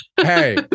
Hey